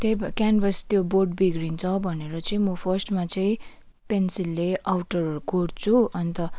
त्यही भ क्यान्भस त्यो बोर्ड बिग्रिन्छ भनेर चाहिँ म फर्स्टमा चाहिँ पेन्सिलले आउटरहरू कोर्छु अन्त